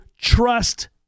trust